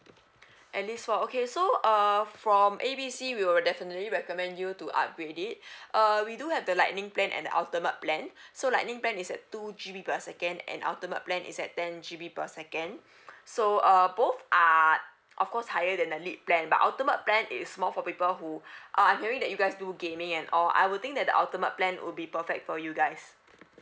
at least four okay so uh from A B C we'll definitely recommend you to upgrade it uh we do have the lightning plan and the ultimate plan so lightning plan is at two G_B per second and ultimate plan is at ten G_B per second so uh both are of course higher than the lead plan but ultimate plan is more for people who uh I'm hearing that you guys do gaming and all I would think that the ultimate plan would be perfect for you guys